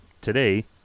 today